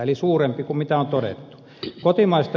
eli suurempi kuin on todettu